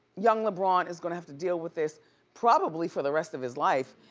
young lebron is gonna have to deal with this probably for the rest of his life.